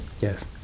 Yes